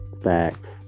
facts